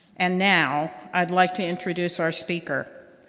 and now i'd like to introduce our speaker.